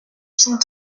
cent